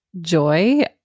joy